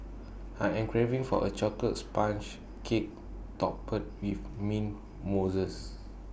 I am craving for A Chocolate Sponge Cake Topped with Mint Mousse